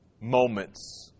moments